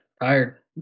tired